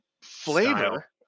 flavor